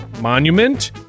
monument